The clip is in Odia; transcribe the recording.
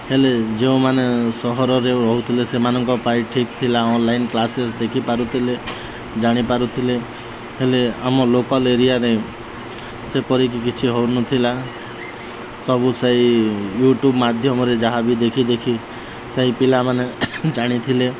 ହେଲେ ଯେଉଁମାନେ ସହରରେ ରହୁଥିଲେ ସେମାନଙ୍କ ପାଇଁ ଠିକ୍ ଥିଲା ଅନଲାଇନ୍ କ୍ଲାସେସ୍ ଦେଖିପାରୁଥିଲେ ଜାଣିପାରୁଥିଲେ ହେଲେ ଆମ ଲୋକାଲ୍ ଏରିଆରେ ସେପରିକି କିଛି ହେଉନଥିଲା ସବୁ ସେଇ ୟୁଟ୍ୟୁବ୍ ମାଧ୍ୟମରେ ଯାହା ବି ଦେଖି ଦେଖି ସେହି ପିଲାମାନେ ଜାଣିଥିଲେ